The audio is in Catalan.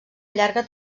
llarga